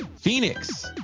Phoenix